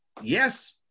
Yes